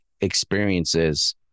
experiences